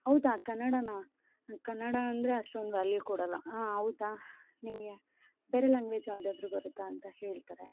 ಹೌದಾ ಕನ್ನಡನಾ ಕನ್ನಡ ಅಂದರೆ ಅಷ್ಟೊಂದು ವ್ಯಾಲ್ಯೂ ಕೊಡೋಲ್ಲ ಹೌದ ನಿಮಗೆ ಬೇರೆ ಲ್ಯಾಂಗ್ವೇಜ್ ಯಾವುದಾದ್ರು ಬರುತ್ತಾ ಅಂತ ಹೇಳ್ತಾರೆ